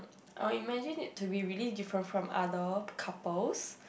I'll imagine it to be really different from other couples